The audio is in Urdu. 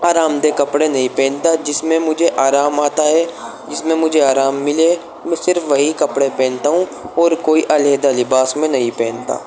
آرام دہ کپڑے نہیں پہنتا جس میں مجھے آرام آتا ہے جس میں مجھے آرام ملے میں صرف وہی کپڑے پہنتا ہوں اور کوئی علیحدہ لباس میں نہیں پہنتا